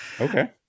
Okay